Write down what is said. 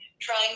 trying